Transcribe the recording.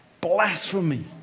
Blasphemy